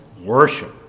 worship